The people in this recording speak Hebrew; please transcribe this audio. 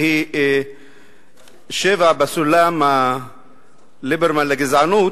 שהיא שבע בסולם ליברמן לגזענות,